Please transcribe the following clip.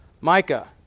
Micah